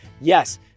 yes